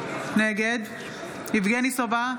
נגד יבגני סובה,